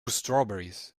strawberries